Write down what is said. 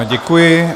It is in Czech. Děkuji.